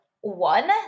one